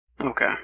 Okay